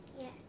Yes